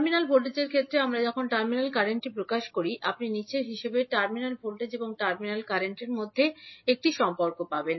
terminal ভোল্টেজের ক্ষেত্রে আমরা যখন টার্মিনাল কারেন্টটি প্রকাশ করি আপনি নীচের হিসাবে টার্মিনাল ভোল্টেজ এবং টার্মিনাল কারেন্টের মধ্যে একটি সম্পর্ক পাবেন